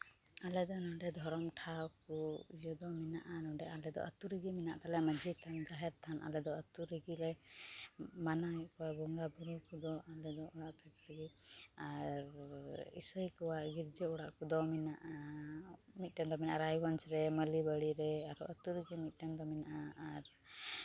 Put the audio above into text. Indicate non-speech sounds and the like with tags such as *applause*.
ᱟᱞᱮ ᱫᱚ ᱱᱚᱸᱰᱮ ᱫᱷᱚᱨᱚᱢ ᱴᱷᱟᱶ ᱠᱚ ᱤᱭᱟᱹ ᱫᱚ ᱢᱮᱱᱟᱜᱼᱟ ᱱᱚᱸᱰᱮ ᱟᱞᱮ ᱫᱚ ᱟᱹᱛᱩ ᱨᱮᱜᱮ ᱢᱮᱱᱟᱜ ᱠᱟᱜ ᱞᱮᱭᱟ ᱢᱟᱹᱡᱷᱤ ᱛᱷᱟᱱ ᱡᱟᱦᱮᱨ ᱛᱷᱟᱱ ᱟᱞᱮ ᱫᱚ ᱟᱹᱛᱩ ᱨᱮᱜᱮᱞᱮ ᱢᱟᱱᱟᱣ ᱮᱜ ᱠᱚᱣᱟ ᱵᱚᱸᱜᱟᱼᱵᱩᱨᱩ ᱠᱚᱫᱚ ᱟᱞᱮ ᱫᱚ *unintelligible* ᱟᱨ ᱤᱥᱟᱹᱭ ᱠᱚᱣᱟᱜ ᱜᱤᱨᱡᱟᱹ ᱚᱲᱟᱜ ᱠᱚᱫᱚ ᱢᱮᱱᱟᱜᱼᱟ ᱢᱤᱫᱴᱮᱱ ᱫᱚ ᱢᱮᱱᱟᱜᱼᱟ ᱨᱟᱭᱜᱚᱸᱡᱽ ᱨᱮ ᱢᱟᱹᱞᱤ ᱵᱟᱹᱲᱤ ᱨᱮ ᱟᱨᱚ ᱟᱹᱛᱩ ᱨᱮᱜᱮ ᱢᱤᱫᱴᱟᱱ ᱫᱚ ᱢᱮᱱᱟᱜᱼᱟ ᱟᱨ